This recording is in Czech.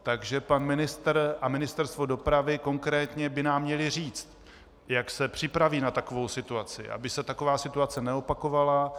Takže pan ministr a Ministerstvo dopravy konkrétně by nám měli říct, jak se připraví na takovou situaci, aby se taková situace neopakovala.